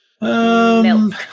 Milk